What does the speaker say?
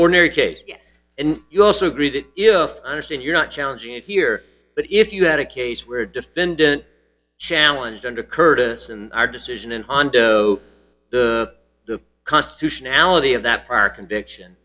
ordinary case yes and you also agree that if i understand you're not challenging it here but if you had a case where a defendant challenge under curtis and our decision and hondo the the constitutionality of that park conviction